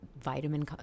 vitamin